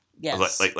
Yes